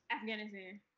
Afghanistan